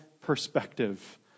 perspective